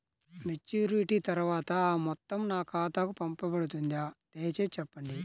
Maturity తర్వాత ఆ మొత్తం నా ఖాతాకు పంపబడుతుందా? దయచేసి చెప్పండి?